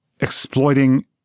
exploiting